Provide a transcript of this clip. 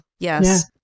Yes